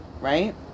right